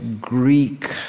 Greek